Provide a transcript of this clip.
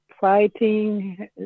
fighting